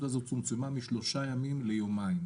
הזאת צומצמה משלושה ימים ליומיים.